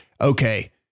okay